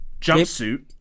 jumpsuit